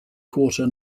quarter